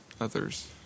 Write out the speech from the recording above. others